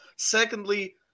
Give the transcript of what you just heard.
Secondly